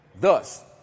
Thus